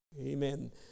Amen